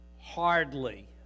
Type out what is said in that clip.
Hardly